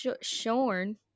shorn